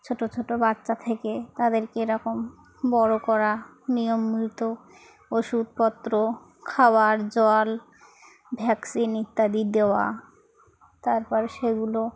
ছোটো ছোটো বাচ্চা থেকে তাদেরকে এরকম বড়ো করা নিয়ম মূলত ওষুধপত্র খাবার জল ভ্যাকসিন ইত্যাদি দেওয়া তারপর সেগুলো